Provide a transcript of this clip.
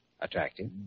Attractive